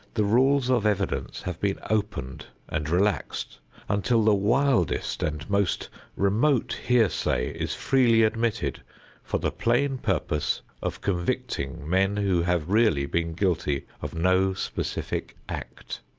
the rules of evidence have been opened and relaxed until the wildest and most remote hearsay is freely admitted for the plain purpose of convicting men who have really been guilty of no specific act.